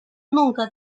nunca